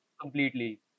completely